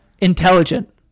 Intelligent